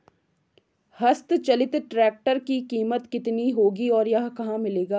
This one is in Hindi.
हस्त चलित ट्रैक्टर की कीमत कितनी होगी और यह कहाँ मिलेगा?